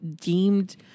deemed